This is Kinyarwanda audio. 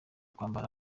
kwambara